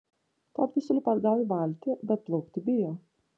todvi sulipa atgal į valtį bet plaukti bijo